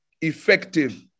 effective